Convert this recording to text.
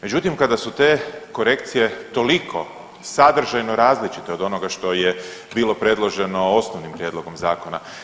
Međutim, kada su te korekcije toliko sadržajno različite od onoga što je bilo predloženo osnovnim prijedlogom zakona.